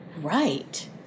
Right